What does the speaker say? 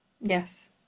Yes